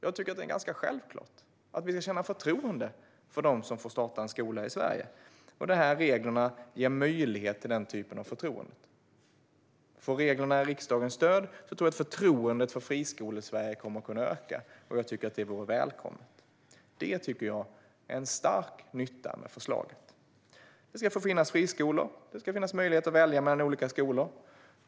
Jag tycker att det är självklart att vi ska känna förtroende för dem som får starta en skola i Sverige. Dessa regler möjliggör ett sådant förtroende. Om reglerna får riksdagens stöd tror jag att förtroendet för Friskolesverige kommer att kunna öka. Det vore välkommet, och det vore en stark nytta med förslaget. Det ska få finnas friskolor. Det ska finnas möjlighet att välja mellan olika skolor.